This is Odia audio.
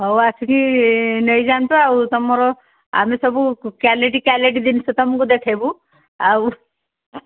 ହଉ ଆସିକି ନେଇଯାଆନ୍ତୁ ଆଉ ତୁମର ଆମେ ସବୁ କ୍ୱାଲିଟି କ୍ୱାଲିଟି ଜିନିଷ ତୁମକୁ ଦେଖେଇବୁ ଆଉ